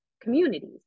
communities